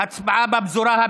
הצבעה.